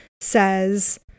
says